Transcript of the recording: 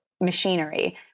machinery